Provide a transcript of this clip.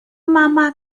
mama